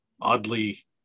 oddly